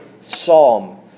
psalm